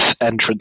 entrance